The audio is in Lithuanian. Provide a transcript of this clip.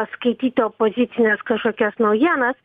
skaityti opozicines kažkokias naujienas